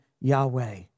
Yahweh